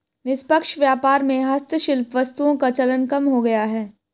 निष्पक्ष व्यापार में हस्तशिल्प वस्तुओं का चलन कम हो गया है